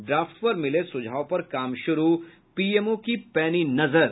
draft पर मिले सुझाव पर काम शुरू पीएमओ की पैनी नजर